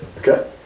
Okay